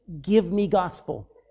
give-me-gospel